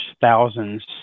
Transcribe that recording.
thousands